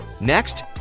Next